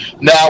now